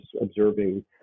observing